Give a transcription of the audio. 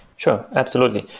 sure, absolutely.